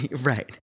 Right